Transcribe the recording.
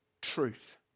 truth